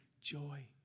joy